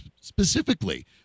specifically